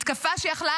מתקפה שהייתה יכולה,